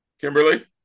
Kimberly